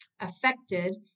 affected